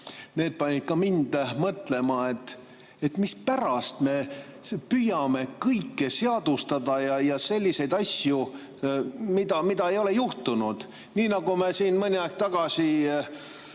panid ka mind mõtlema. Mispärast me püüame kõike seadustada, ka selliseid asju, mida ei ole juhtunud. Nii nagu me siin mõni aeg tagasi